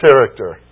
character